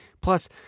Plus